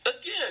Again